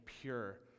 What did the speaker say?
pure